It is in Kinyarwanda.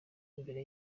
mbere